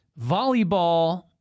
Volleyball